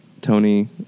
Tony